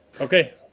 Okay